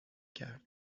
کرد